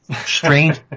strange